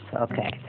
okay